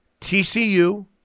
TCU –